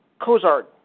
Cozart